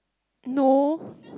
no